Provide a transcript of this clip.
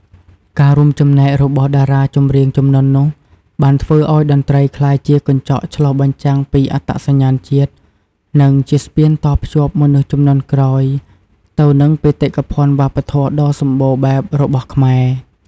ការរួមចំណែករបស់តារាចម្រៀងជំនាន់នោះ បានធ្វើឱ្យតន្ត្រីក្លាយជាកញ្ចក់ឆ្លុះបញ្ចាំងពីអត្តសញ្ញាណជាតិ និងជាស្ពានតភ្ជាប់មនុស្សជំនាន់ក្រោយទៅនឹងបេតិកភណ្ឌវប្បធម៌ដ៏សម្បូរបែបរបស់ខ្មែរ។